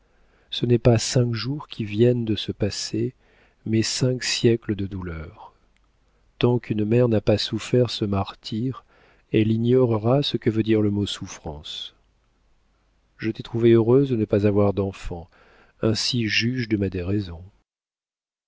ce n'est pas cinq jours qui viennent de se passer mais cinq siècles de douleurs tant qu'une mère n'a pas souffert ce martyre elle ignorera ce que veut dire le mot souffrance je t'ai trouvée heureuse de ne pas avoir d'enfants ainsi juge de ma déraison